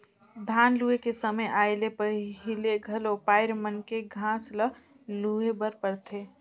धान लूए के समे आए ले पहिले घलो पायर मन के घांस ल लूए बर परथे